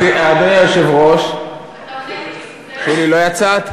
אדוני היושב-ראש, שולי, לא יצאת?